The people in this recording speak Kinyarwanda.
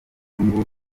nyungu